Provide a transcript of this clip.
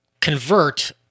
convert